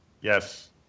Yes